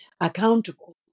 accountable